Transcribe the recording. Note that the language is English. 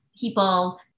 people